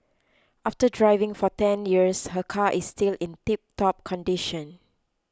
after driving for ten years her car is still in tiptop condition